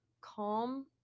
calm